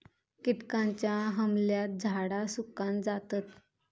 किटकांच्या हमल्यात झाडा सुकान जातत